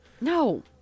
No